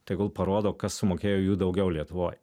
tegul parodo kas sumokėjo jų daugiau lietuvoj